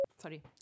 Sorry